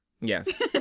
Yes